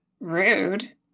Rude